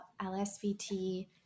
LSVT